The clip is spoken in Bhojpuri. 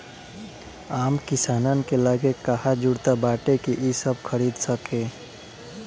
आम किसानन के लगे कहां जुरता बाटे कि इ सब खरीद सके